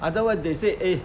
otherwise they say eh